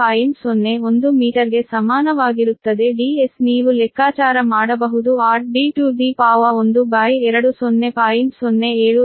01 ಮೀಟರ್ಗೆ ಸಮಾನವಾಗಿರುತ್ತದೆ Ds ನೀವು ಲೆಕ್ಕಾಚಾರ ಮಾಡಬಹುದು 12 0